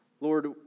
Lord